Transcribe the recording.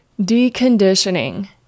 deconditioning